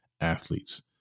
athletes